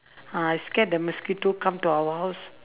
ah I scared the mosquito come to our house